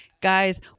guys